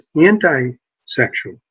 anti-sexual